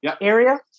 area